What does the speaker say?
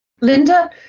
Linda